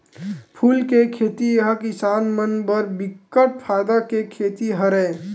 फूल के खेती ह किसान मन बर बिकट फायदा के खेती हरय